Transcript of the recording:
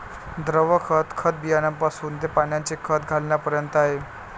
द्रव खत, खत बियाण्यापासून ते पाण्याने खत घालण्यापर्यंत आहे